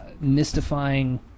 mystifying